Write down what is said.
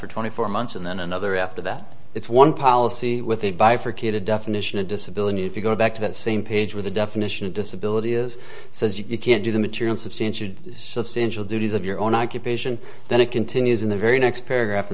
for twenty four months and then another after that it's one policy with a bifurcated definition of disability if you go back to that same page with a definition of disability is says you can't do the material substantial substantial duties of your own occupation then it continues in the very next paragraph